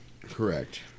Correct